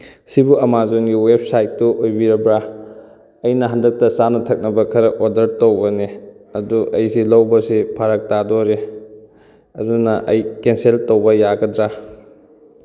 ꯑꯁꯤꯕꯨ ꯑꯃꯥꯖꯣꯟꯒꯤ ꯋꯦꯕ ꯁꯥꯏꯠꯇꯨ ꯑꯣꯏꯕꯤꯔꯕ꯭ꯔꯥ ꯑꯩꯅ ꯍꯟꯗꯛꯇ ꯆꯥꯅ ꯊꯛꯅꯕ ꯈꯔ ꯑꯣꯗꯔ ꯇꯧꯕꯅꯦ ꯑꯗꯨ ꯑꯩꯁꯤ ꯂꯧꯕꯁꯤ ꯐꯔꯛ ꯇꯥꯗꯣꯔꯤ ꯑꯗꯨꯅ ꯑꯩ ꯀꯦꯟꯁꯦꯜ ꯇꯧꯕ ꯌꯥꯒꯗ꯭ꯔꯥ